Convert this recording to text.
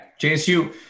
JSU